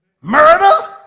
Murder